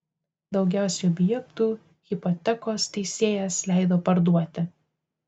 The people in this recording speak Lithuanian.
daugiausiai objektų hipotekos teisėjas leido parduoti